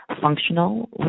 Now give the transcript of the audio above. functional